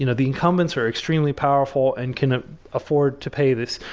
you know the incumbents are extremely powerful and couldn't afford to pay this.